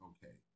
Okay